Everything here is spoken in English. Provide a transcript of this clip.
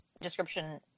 description